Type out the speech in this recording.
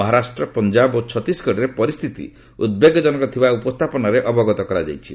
ମହାରାଷ୍ଟ୍ର ପଞ୍ଜାବ ଓ ଛତିଶଗଡରେ ପରିସ୍ଥିତି ଉଦ୍ବେଗଜନକ ଥିବା ଉପସ୍କାପନାରେ ଅବଗତ କରାଯାଇଛି